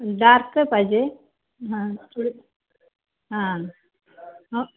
dark पाहिजे हां थोडी हां हो